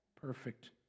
perfect